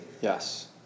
Yes